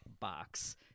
box